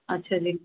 ਅੱਛਾ ਜੀ